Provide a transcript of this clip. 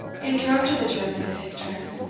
interrupted the german in his turn.